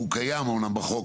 שהוא קיים אמנם בחוק,